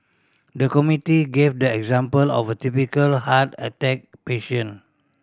the committee gave the example of a typical heart attack patient